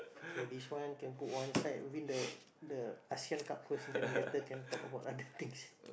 so this one can put one side win the the Asean-Cup first later can talk about other things